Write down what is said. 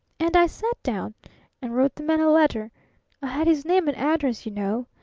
and i sat down and wrote the man a letter i had his name and address, you know.